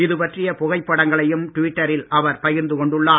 இதுபற்றிய புகைப்படங்களையும் டிவிட்டரில் அவர் பகிர்ந்து கொண்டுள்ளார்